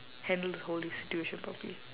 handle the whole situation properly